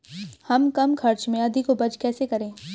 हम कम खर्च में अधिक उपज कैसे करें?